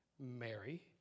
Mary